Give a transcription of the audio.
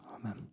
Amen